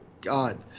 God